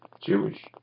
Jewish